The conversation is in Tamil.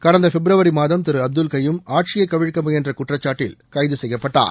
கடந்த பிப்ரவரி மாதம் திரு அப்துல் கையூம் ஆட்சியை கவிழக்க முயன்ற குற்றச்சாட்டில் கைது செய்யப்பட்டார்